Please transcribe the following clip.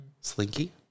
Slinky